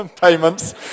Payments